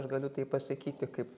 aš galiu pasakyti kaip